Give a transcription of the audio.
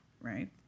Right